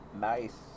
Nice